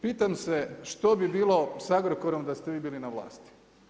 Pitam se što bi bio sa Agrokorom da ste vi bili na vlasti?